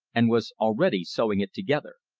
and was already sewing it together.